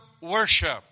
worship